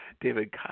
David